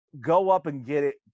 go-up-and-get-it